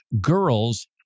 girls